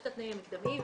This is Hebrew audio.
יש את התנאים המקדמיים,